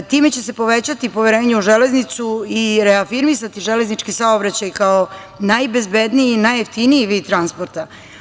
Time će se povećati poverenje u železnicu i reafirmisati železnički saobraćaj kao najbezbedniji i najjeftiniji vid transporta.